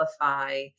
amplify